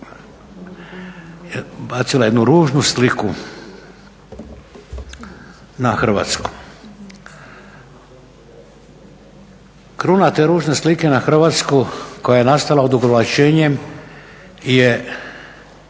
bacila jednu ružnu sliku na Hrvatsku. Kruna te ružne slike na Hrvatsku koja je nastala odugovlačenjem je